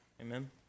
Amen